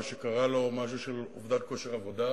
או שקרה לו משהו של אובדן כושר עבודה,